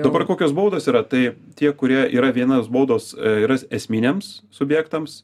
dabar kokios baudos yra tai tie kurie yra vienos baudos yra es esminiams subjektams